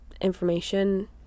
information